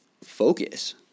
focus